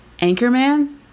Anchorman